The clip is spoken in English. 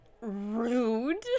Rude